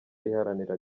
iharanira